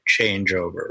changeover